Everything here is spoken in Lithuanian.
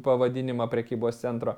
pavadinimą prekybos centro